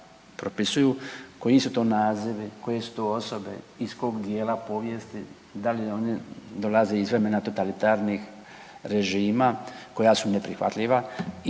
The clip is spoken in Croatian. koji su to nazivi, koje su to osobe, iz kog dijela povijesti, da li ona dolaze iz vremena totalitarnih režima, koja su neprihvatljiva